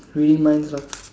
reading minds lah